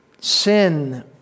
sin